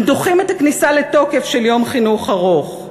הם דוחים את הכניסה לתוקף של יום חינוך ארוך.